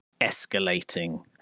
escalating